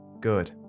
Good